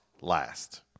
last